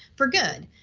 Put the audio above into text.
for good.